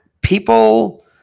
people